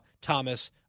Thomas